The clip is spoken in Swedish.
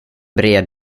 bred